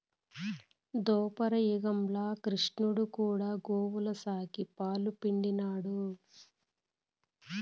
దోపర యుగంల క్రిష్ణుడు కూడా గోవుల సాకి, పాలు పిండినాడు